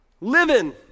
living